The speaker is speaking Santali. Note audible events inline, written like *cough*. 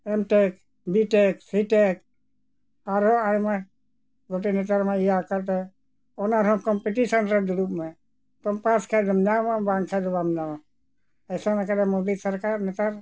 ᱮᱢᱼᱴᱮᱠ ᱵᱤᱼᱴᱮᱠ ᱥᱤᱼᱴᱮᱴ ᱟᱨᱦᱚᱸ ᱟᱭᱢᱟ ᱜᱚᱴᱮᱱ ᱱᱮᱛᱟᱨᱼᱢᱟ ᱤᱭᱟᱹ *unintelligible* ᱚᱱᱟ ᱨᱮᱦᱚᱸ ᱠᱚᱢᱯᱤᱴᱤᱥᱮᱱ ᱨᱮ ᱫᱩᱲᱩᱵ ᱢᱮ ᱛᱳᱢ ᱯᱟᱥ ᱠᱷᱟᱱ ᱫᱚᱢ ᱧᱟᱢᱟ ᱵᱟᱝᱠᱷᱟᱱ ᱫᱚ ᱵᱟᱢ ᱧᱟᱢᱟ *unintelligible* ᱢᱳᱫᱤ ᱥᱚᱨᱠᱟᱨ ᱱᱮᱛᱟᱨ